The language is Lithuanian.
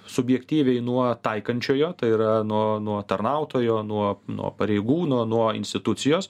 subjektyviai nuo taikančiojoto yra nuo nuo tarnautojo nuo nuo pareigūno nuo institucijos